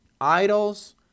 idols